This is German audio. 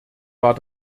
war